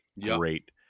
great